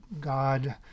God